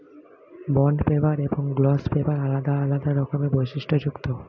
bond paper এবং gloss paper আলাদা আলাদা রকমের বৈশিষ্ট্যযুক্ত